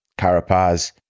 Carapaz